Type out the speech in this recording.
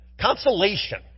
consolation